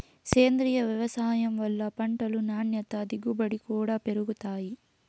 సేంద్రీయ వ్యవసాయం వల్ల పంటలు నాణ్యత దిగుబడి కూడా పెరుగుతాయి